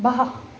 वाह्